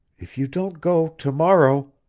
if you don't go to-morrow